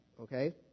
Okay